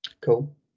cool